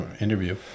interview